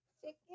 Chicken